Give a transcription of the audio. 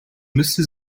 müsste